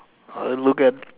look at